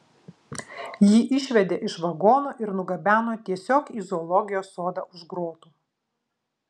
jį išvedė iš vagono ir nugabeno tiesiog į zoologijos sodą už grotų